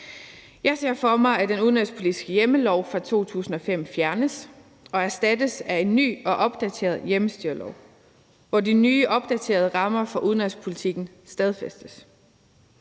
Jeg ser for mig, at den udenrigspolitiske hjemmellov fra 2005 fjernes og erstattes af en ny og opdateret hjemmestyrelov, hvor de nye opdaterede rammer for udenrigspolitikken stadfæstes.